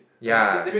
ya